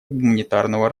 гуманитарного